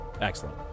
Excellent